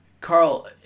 Carl